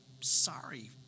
sorry